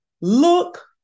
look